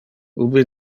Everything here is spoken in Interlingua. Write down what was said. ubi